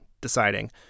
deciding